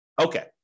Okay